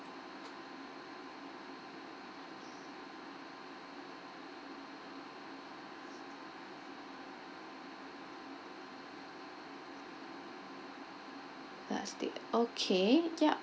that's it okay yup